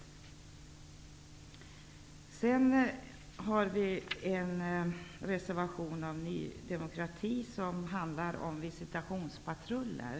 Ny demokrati har en reservation som handlar om visitationspatruller.